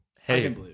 hey